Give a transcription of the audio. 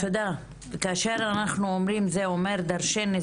כאשר אנחנו אומרים זה אומר דרשני,